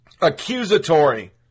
accusatory